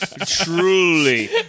truly